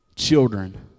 children